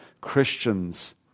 Christians